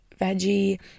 veggie